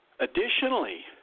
Additionally